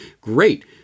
great